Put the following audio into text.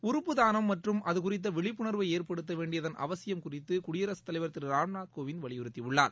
உறுப்பு தானம் மற்றும் அதுகுறித்த விழிப்புணர்வை ஏற்படுத்த வேண்டியதன் அவசியம் குறித்து குடியரசுத் தலைவர் திரு ராம்நாத் கோவிந்த் வலியுறுத்தியுள்ளார்